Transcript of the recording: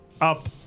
up